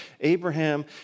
Abraham